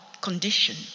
condition